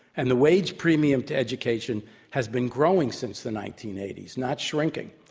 and the wage premium to education has been growing since the nineteen eighty s, not shrinking.